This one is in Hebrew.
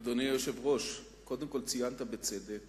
אדוני היושב-ראש, קודם כול, ציינת בצדק